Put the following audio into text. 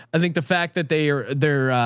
i think the fact that they are their,